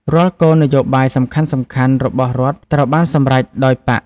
រាល់គោលនយោបាយសំខាន់ៗរបស់រដ្ឋត្រូវបានសម្រេចដោយបក្ស។